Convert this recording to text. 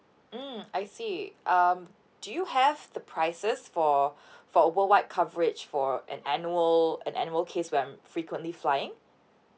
mm I see um do you have the prices for for a worldwide coverage for an annual an annual case where I'm frequently flying